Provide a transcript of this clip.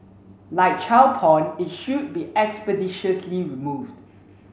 like child porn it should be expeditiously removed